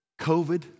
COVID